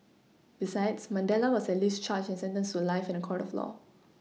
besides Mandela was at least charged and sentenced to life in a court of law